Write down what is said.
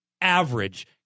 average